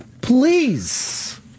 please